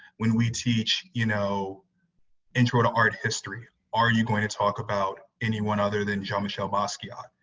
when we teach, you know intro to art history, are you going to talk about anyone other than jean-michel basquiat?